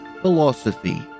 Philosophy